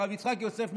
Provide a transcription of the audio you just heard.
הרב יצחק יוסף,